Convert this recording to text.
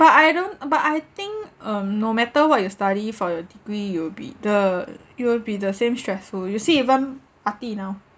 but I don't but I think um no matter what you study for your degree it'll be the it'll be the same stressful you see even arty now